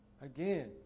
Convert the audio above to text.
Again